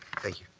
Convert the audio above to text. thank you.